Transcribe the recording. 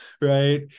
right